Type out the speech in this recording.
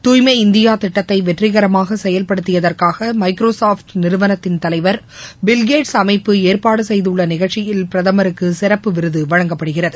தூய்மை இந்தியா திட்டத்தை வெற்றிகரமாக செயல்படுத்தியதற்காக மைக்ரோ சாப்ட் நிறுவனத்தின் தலைவர் பில்கேட்ஸ் அமைப்பு ஏற்பாடு செய்துள்ள நிழ்ச்சியில் பிரதமருக்கு சிறப்பு விருது வழங்கப்படுகிறது